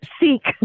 seek